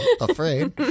afraid